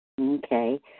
Okay